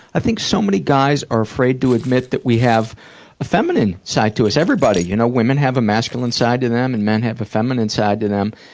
i think so many guys are afraid to admit that we have a feminine side to us. everybody you know women have a masculine side to them and men have a feminine side to them.